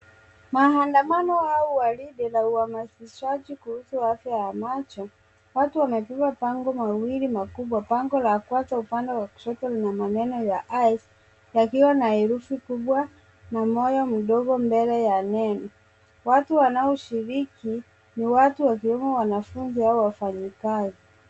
Maandamano au gwaride kuhusu uhamasishaji wa afya ya macho. Waru wamebeba mabango mawili makubwa. Bango la kwanza upande wa kushoto lina maneno ya, eye, yakiwa na herufi kubwa na moyo mdogo mbele ya neno. Watu wanaoshiriki ni watu wakiwemo wanafunzi au wafanyikazi.